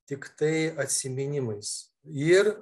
tiktai atsiminimais ir